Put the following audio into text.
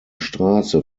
straße